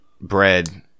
bread